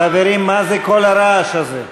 חברים, מה זה כל הרעש הזה?